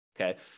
okay